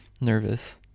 nervous